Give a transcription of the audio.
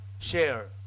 share